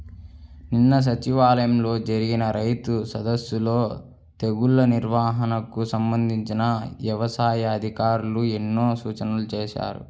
నిన్న సచివాలయంలో జరిగిన రైతు సదస్సులో తెగుల్ల నిర్వహణకు సంబంధించి యవసాయ అధికారులు ఎన్నో సూచనలు చేశారు